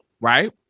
Right